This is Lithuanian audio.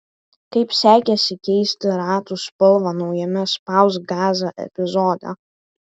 kaip sekėsi keisti ratų spalvą naujame spausk gazą epizode